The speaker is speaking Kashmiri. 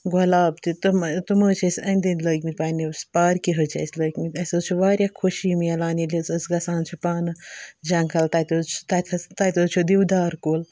گۄلاب تہِ تِمہٕ تِم حظ چھِ اَسہِ أنٛدۍ أنٛدۍ لٲگۍ مٕتۍ پنٛںِس پارکہِ حظ چھِ اَسہِ لٲگۍ مٕتۍ اَسہِ حظ چھِ واریاہ خوٚشی مِلان ییٚلہِ حظ أسۍ گژھان چھِ پانہٕ جنٛگَل تَتہِ حظ چھِ تَتہِ حظ تَتہِ حظ چھِ دِودار کُل